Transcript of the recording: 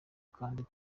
kandi